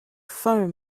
foam